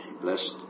blessed